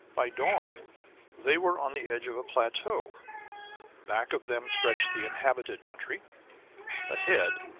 by dawn they were on the edge of a plateau back of them stretched the inhabited country ahead,